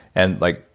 and like,